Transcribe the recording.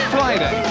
Friday